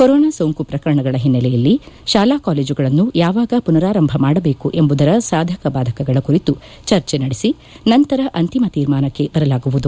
corona ಸೋಂಕು ಪ್ರಕರಣಗಳ ಹಿನ್ನೆಲಯಲ್ಲಿ ಶಾಲಾ ಕಾಲೇಜುಗಳನ್ನು ಯಾವಾಗ ಪುನರಾರಂಭ ಮಾಡಬೇಕು ಎಂಬುದರ ಸಾಧಕ ಬಾಧಕಗಳ ಕುರಿತು ಚರ್ಚೆ ನಡೆಸಿ ನಂತರ ಅಂತಿಮ ತೀರ್ಮಾನಕ್ಕೆ ಬರಲಾಗುವುದು